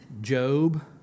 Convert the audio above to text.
Job